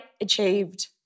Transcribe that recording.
achieved